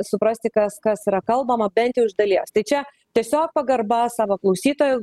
suprasti kas kas yra kalbama bent jau iš dalies tai čia tiesiog pagarba savo klausytojam